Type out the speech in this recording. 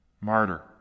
martyr